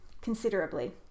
Considerably